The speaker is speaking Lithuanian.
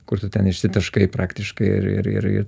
kur tu ten išsitaškai praktiškai ir ir ir